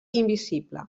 invisible